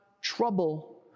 trouble